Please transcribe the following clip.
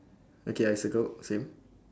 okay I circle same